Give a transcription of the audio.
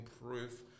proof